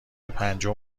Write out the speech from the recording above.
پنجم